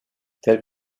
tels